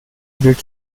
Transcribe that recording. did